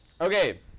Okay